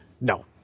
No